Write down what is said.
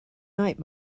night